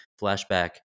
flashback